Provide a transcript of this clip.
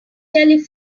telephone